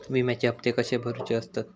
विम्याचे हप्ते कसे भरुचे असतत?